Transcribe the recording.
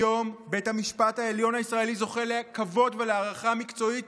היום בית המשפט העליון הישראלי זוכה לכבוד ולהערכה מקצועית